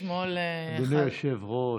אתמול, אדוני היושב-ראש,